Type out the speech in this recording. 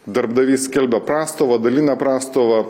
darbdavys skelbia prastovą dalinę prastovą